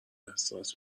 احساس